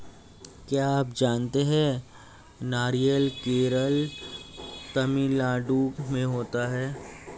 क्या आप जानते है नारियल केरल, तमिलनाडू में होता है?